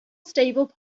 stable